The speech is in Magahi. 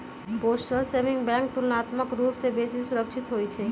पोस्टल सेविंग बैंक तुलनात्मक रूप से बेशी सुरक्षित होइ छइ